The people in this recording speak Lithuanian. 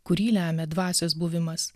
kurį lemia dvasios buvimas